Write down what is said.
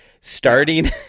Starting